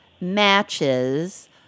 matches